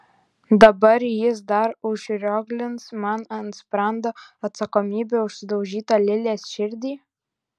dabar jis dar užrioglins man ant sprando atsakomybę už sudaužytą lilės širdį